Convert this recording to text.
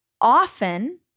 often